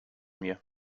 mir